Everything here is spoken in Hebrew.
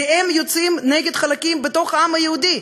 כי הם יוצאים נגד חלקים בתוך העם היהודי,